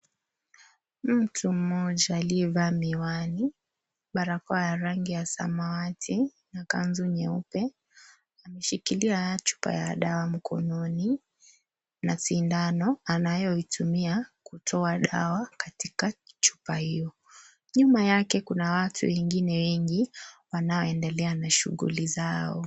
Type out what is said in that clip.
Mtu mmoja aliyevaa miwani, barakoa ya rangi ya samawati, na kanzu nyeupe, ameshikilia chupa ya dawa mkononi, na sindano, anayoitumia kutoa dawa katika chupa hiyo. Nyuma yake kuna watu wengine wengi, wanaoendelea na shughuli zao.